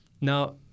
Now